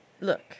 look